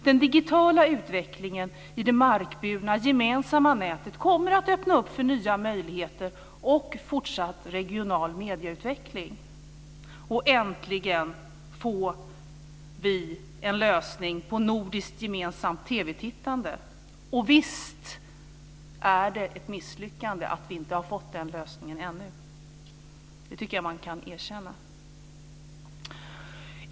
Den digitala utvecklingen i det markburna gemensamma nätet kommer att öppna för nya möjligheter och fortsatt regional medieutveckling, och vi får äntligen en lösning på nordiskt gemensamt TV-tittande. Visst är det ett misslyckande att vi inte har fått den lösningen ännu. Jag tycker att man kan erkänna det.